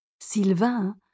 Sylvain